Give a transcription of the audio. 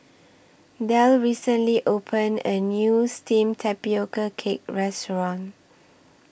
Delle recently opened A New Steamed Tapioca Cake Restaurant